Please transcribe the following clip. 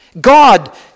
God